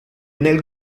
nel